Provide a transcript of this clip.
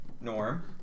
Norm